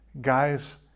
guys